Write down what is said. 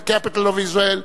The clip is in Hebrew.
the Capital of Israel,